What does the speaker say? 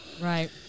right